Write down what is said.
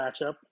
matchup